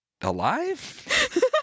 alive